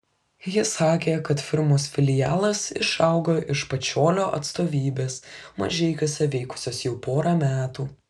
ji sakė kad firmos filialas išaugo iš pačiolio atstovybės mažeikiuose veikusios jau porą metų